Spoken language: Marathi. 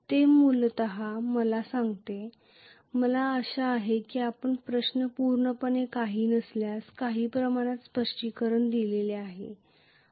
तर हे मूलत मला सांगते मला आशा आहे की आपल्या प्रश्नाचे पूर्णपणे नसल्यास काही प्रमाणात स्पष्टीकरण दिलेले आहे